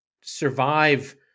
survive